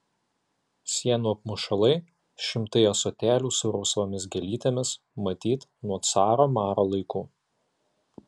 sienų apmušalai šimtai ąsotėlių su rausvomis gėlytėmis matyt nuo caro maro laikų